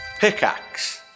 Pickaxe